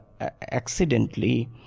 accidentally